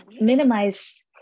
minimize